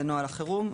זה נוהל חירום,